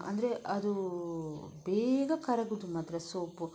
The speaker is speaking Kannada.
ಅಂದರೆ ಅದು ಬೇಗ ಕರಗುವುದು ಮಾತ್ರ ಸೋಪು